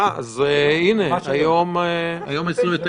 אה, הינה, היום 29 ביולי?